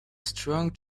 strong